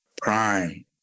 Prime